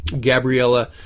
Gabriella